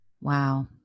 Wow